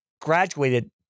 graduated